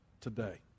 today